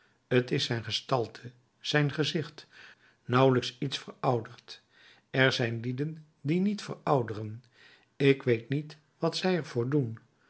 t is zijn gestalte zijn gezicht nauwelijks iets verouderd er zijn lieden die niet verouderen ik weet niet wat zij er voor doen